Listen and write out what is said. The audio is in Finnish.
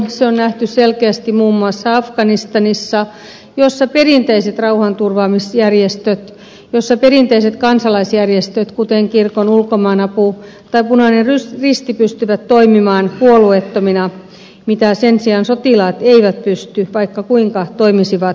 se on nähty selkeästi muun muassa afganistanissa jossa perinteiset rauhanturvaamisjärjestöt ja perinteiset kansalaisjärjestöt kuten kirkon ulkomaanapu tai punainen risti pystyvät toimimaan puolueettomina mihin sen sijaan sotilaat eivät pysty vaikka kuinka toimisivat siviiliasioissa